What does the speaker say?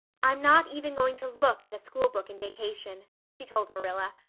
i'm not even going to look at a schoolbook in vacation, she told marilla.